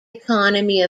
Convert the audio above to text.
economy